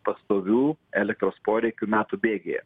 pastovių elektros poreikių metų bėgyje